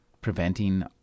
preventing